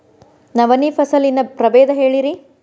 ನವಣಿ ಫಸಲಿನ ಪ್ರಭೇದ ಹೇಳಿರಿ